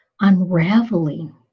unraveling